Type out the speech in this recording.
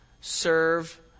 serve